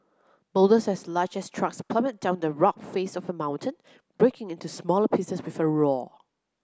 boulders as large as trucks plummeted down the rock face of the mountain breaking into smaller pieces with a roar